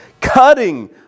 cutting